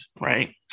right